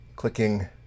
Clicking